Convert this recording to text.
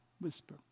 whisper